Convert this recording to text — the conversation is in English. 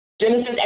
Genesis